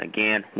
Again